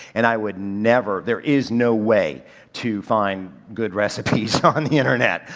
and i would never, there is no way to find good recipes on the internet,